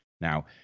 Now